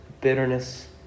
bitterness